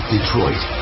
Detroit